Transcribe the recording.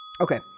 Okay